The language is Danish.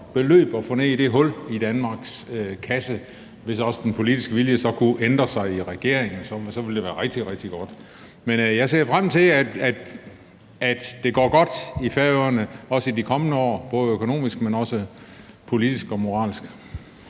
beløb at få ned i det hul i Danmarks kasse, og hvis den politiske vilje i regeringen så også kunne ændre sig, ville det være rigtig, rigtig godt. Men jeg ser frem til, at det går godt i Færøerne også i de kommende år både økonomisk, men også politisk og moralsk.